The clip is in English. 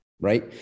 right